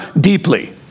deeply